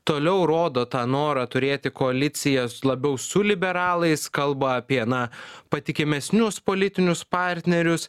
toliau rodo tą norą turėti koalicijas labiau su liberalais kalba apie na patikimesnius politinius partnerius